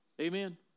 amen